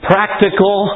Practical